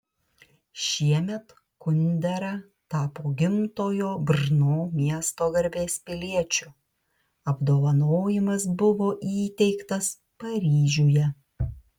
šiemet kundera tapo gimtojo brno miesto garbės piliečiu apdovanojimas buvo įteiktas paryžiuje